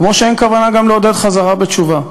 כמו שאין כוונה גם לעודד חזרה בתשובה.